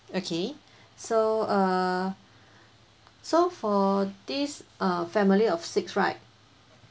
okay so err so for this err family of six right